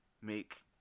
make